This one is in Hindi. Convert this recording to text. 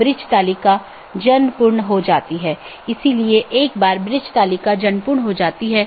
एक स्टब AS दूसरे AS के लिए एक एकल कनेक्शन है